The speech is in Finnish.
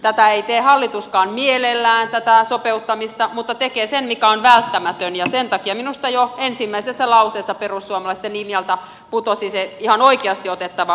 tätä ei tee hallituskaan mielellään tätä sopeuttamista mutta tekee sen mikä on välttämätön ja sen takia minusta jo ensimmäisessä lauseessa perussuomalaisten linjalta putosi se ihan oikeasti otettava uskottavuus